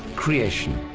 creation.